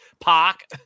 Pac